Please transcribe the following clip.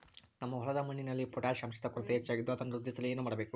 ನಮ್ಮ ಹೊಲದ ಮಣ್ಣಿನಲ್ಲಿ ಪೊಟ್ಯಾಷ್ ಅಂಶದ ಕೊರತೆ ಹೆಚ್ಚಾಗಿದ್ದು ಅದನ್ನು ವೃದ್ಧಿಸಲು ಏನು ಮಾಡಬೇಕು?